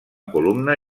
columna